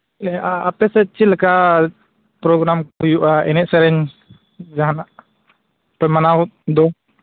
ᱦᱮᱸ ᱟᱨ ᱟᱯᱮ ᱥᱮᱫ ᱪᱮᱫᱞᱮᱠᱟ ᱯᱨᱳᱜᱨᱟᱢ ᱠᱚ ᱦᱩᱭᱩᱜᱼᱟ ᱮᱱᱮᱡ ᱥᱮᱨᱮᱧ ᱡᱟᱦᱟᱱᱟᱜ ᱯᱮ ᱢᱟᱱᱟᱣ ᱫᱚ